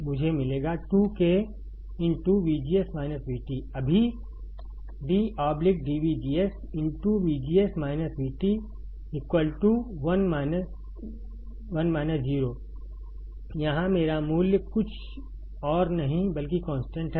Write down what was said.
मुझे मिलेगा 2K अभी d dVGS 1 0 यहाँ मेरा मूल्य कुछ और नहीं बल्कि कॉन्स्टेंट है